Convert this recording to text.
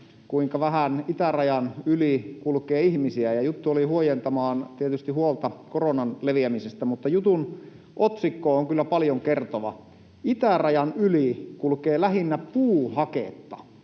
kuinka vähän itärajan yli kulkee ihmisiä. Juttu oli huojentamaan tietysti huolta koronan leviämisestä, mutta jutun otsikko on kyllä paljon kertova: ”Itärajan yli kulkee lähinnä puuhaketta.”